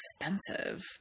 expensive